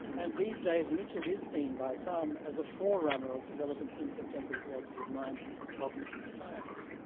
and these days mitchell is seen by some as a forerunner of developments in contemporary philosophy of mind and cognitive science.